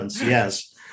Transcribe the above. yes